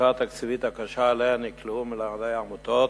והמצוקה התקציבית הקשה שאליה נקלעו מנהלי העמותות,